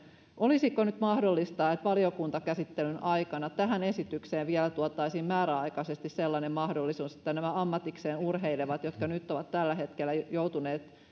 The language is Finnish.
olisiko nyt mahdollista että valiokuntakäsittelyn aikana tähän esitykseen vielä tuotaisiin määräaikaisesti sellainen mahdollisuus että ammatikseen urheilevat jotka tällä hetkellä ovat joutuneet